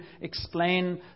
explain